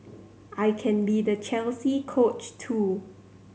I can be the Chelsea Coach too